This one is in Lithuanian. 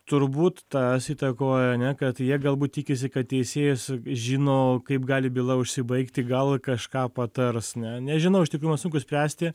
turbūt tas įtakoja ne kad jie galbūt tikisi kad teisėjas žino kaip gali byla užsibaigti gal kažką patars ne nežinau iš tikrųjų man sunku spręsti